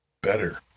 better